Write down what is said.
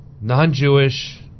non-Jewish